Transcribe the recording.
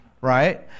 right